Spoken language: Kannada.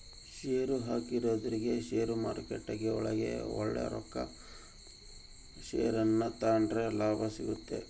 ಷೇರುಹಾಕಿದೊರಿಗೆ ಷೇರುಮಾರುಕಟ್ಟೆಗ ಒಳ್ಳೆಯ ರೊಕ್ಕಕ ಷೇರನ್ನ ತಾಂಡ್ರೆ ಲಾಭ ಸಿಗ್ತತೆ